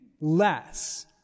less